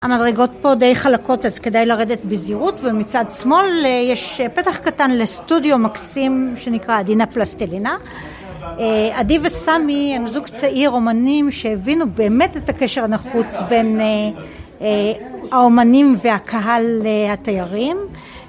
המדרגות פה די חלקות, אז כדאי לרדת בזהירות, ומצד שמאל יש פתח קטן לסטודיו מקסים שנקרא עדינה פלסטלינה. עדי וסמי הם זוג צעיר, אומנים שהבינו באמת את הקשר הנחוץ בין האומנים והקהל לתיירים